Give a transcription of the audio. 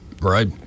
Right